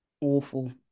awful